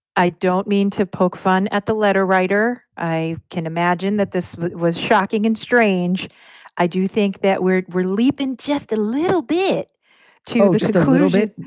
i don't mean to poke fun at the letter writer. i can imagine that this was shocking and strange i do think that weird relief in just a little bit to just a little bit.